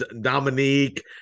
dominique